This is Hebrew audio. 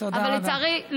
אבל לצערי,